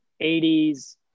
80s